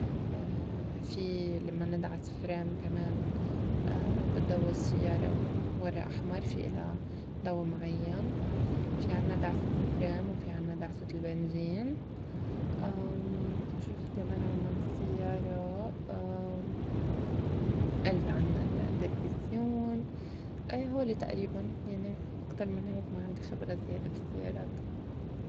في لمّا ندعس فريم كمان بضوّي السيّارة ورا أحمر في إلها ضو معيّن، في عنّا دعسة الفريم، وفي عنّا دعسة البنزين شو في كمان عنّا بالسيّارة؟ ألت عنّا الدركسيون، أي هول تقريباً يعني أكتر من هيك ما عندي خبرة زيادة بالسيّارات.